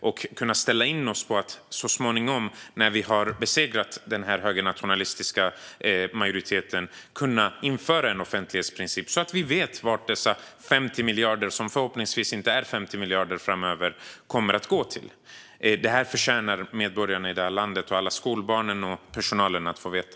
Kan vi ställa in oss på att så småningom, när vi har besegrat den högernationalistiska majoriteten, kunna införa en offentlighetsprincip så att vi vet vad dessa 50 miljarder, som förhoppningsvis inte kommer att vara 50 miljarder framöver, går till? Det förtjänar alla medborgare i landet, skolbarnen och personalen att få veta.